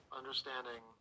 understanding